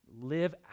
live